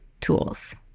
tools